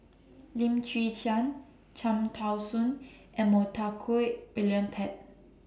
Lim Chwee Chian Cham Tao Soon and Montague William Pett